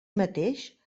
mateix